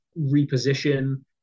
reposition